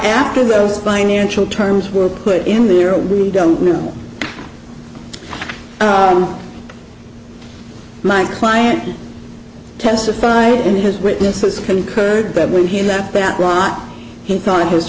after those financial terms were put in there we don't need them my client testified in his witnesses concurred that when he left that ron he thought his